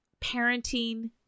parenting